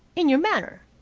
in your manner.